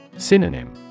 Synonym